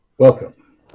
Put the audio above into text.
Welcome